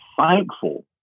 thankful